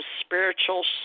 Spiritual